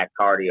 cardio